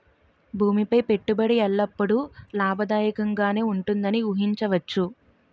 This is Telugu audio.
భూమి పై పెట్టుబడి ఎల్లప్పుడూ లాభదాయకంగానే ఉంటుందని ఊహించవచ్చు